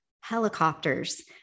helicopters